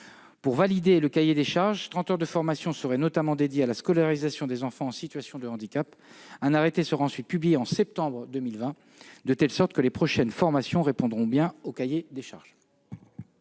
pour valider le cahier des charges. Trente heures de formation seraient notamment dédiées à la scolarisation des enfants en situation de handicap. Un arrêté sera ensuite publié en septembre 2020, de telle sorte que les prochaines formations répondront bien au cahier des charges.